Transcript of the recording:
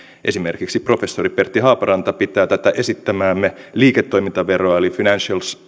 esimerkiksi professori pertti haaparanta pitää tätä esittämäämme liiketoimintaveroa eli financial